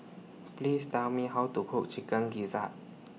Please Tell Me How to Cook Chicken Gizzard